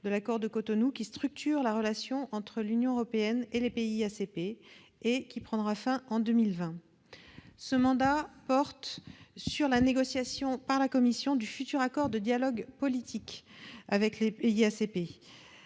de l'accord de Cotonou, qui structure la relation entre l'Union européenne et les pays ACP et qui prendra fin en 2020. Ce mandat porte sur la négociation, par la Commission, du futur accord de dialogue politique avec les pays ACP.